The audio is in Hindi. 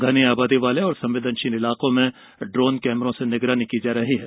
घनी आबादी वाले और संवेदनशील इलाकों में ड्रोन कैमरों से निगरानी की जा रही है